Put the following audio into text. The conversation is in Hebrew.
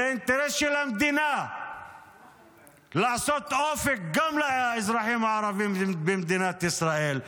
זה אינטרס של המדינה לעשות אופק גם לאזרחים הערבים במדינת ישראל,